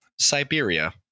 Siberia